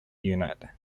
unit